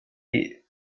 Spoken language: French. est